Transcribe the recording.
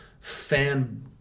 fan